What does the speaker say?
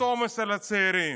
עוד עומס על הצעירים.